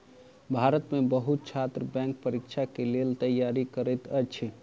भारत में बहुत छात्र बैंक परीक्षा के लेल तैयारी करैत अछि